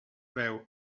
veu